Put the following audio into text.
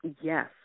Yes